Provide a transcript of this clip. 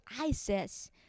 ISIS